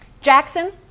Jackson